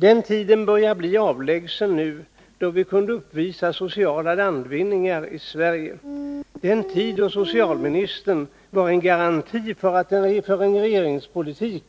Den tiden börjar nu bli avlägsen, då vi kunde uppvisa sociala landvinningar i Sverige, den tid då socialministern var en garanti för en regeringspolitik